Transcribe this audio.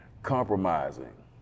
Compromising